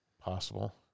Possible